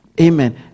amen